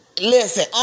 Listen